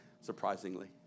surprisingly